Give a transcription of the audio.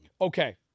Okay